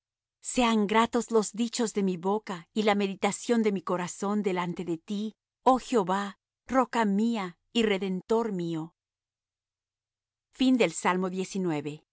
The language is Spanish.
sean gratos los dichos de mi boca y la meditación de mi corazón delante de ti oh jehová roca mía y redentor mío al